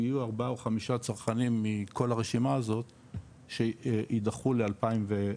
אם יהיו ארבעה או חמישה צרכנים מכל הרשימה הזאת שידחו ל- 2024,